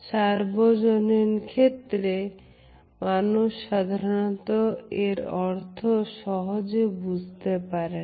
সার্বজনীন ক্ষেত্রে মানুষ সাধারণত এর অর্থ সহজে বুঝতে পারে না